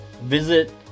Visit